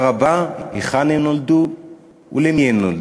רבה בשאלה היכן הם נולדו ולמי הם נולדו.